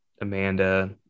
Amanda